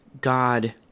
God